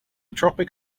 tropic